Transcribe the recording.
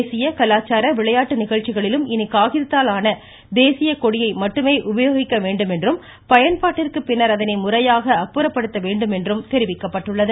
தேசிய கலாச்சார விளையாட்டு நிகழ்ச்சிகளிலும் இனி காகிதத்தால் ஆன தேசிய கொடியை மட்டுமே உபயோகிக்க வேண்டும் என்றும் பயன்பாட்டிற்கு பின்ன் அதனை முறையாக என்றும் தெரிவிக்கப்பட்டுள்ளது